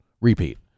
repeat